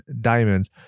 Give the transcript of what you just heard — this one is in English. diamonds